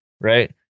right